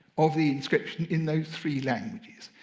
of the inscription in those three languages.